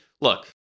look